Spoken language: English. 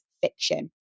fiction